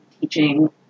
teaching